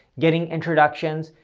getting introductions,